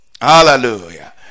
hallelujah